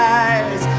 eyes